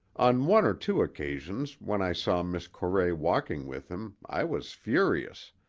on one or two occasions when i saw miss corray walking with him i was furious,